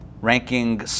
ranking